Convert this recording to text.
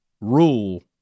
rule